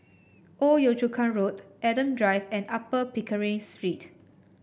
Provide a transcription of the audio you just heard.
Old Yio Chu Kang Road Adam Drive and Upper Pickering Street